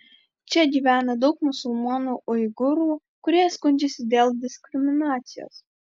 čia gyvena daug musulmonų uigūrų kurie skundžiasi dėl diskriminacijos